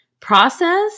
Process